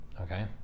Okay